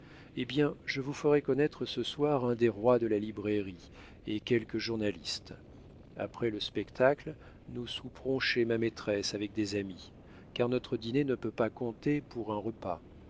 eh bien je vous ferai connaître ce soir un des rois de la librairie et quelques journalistes après le spectacle nous souperons chez ma maîtresse avec des amis car notre dîner ne peut pas compter pour un repas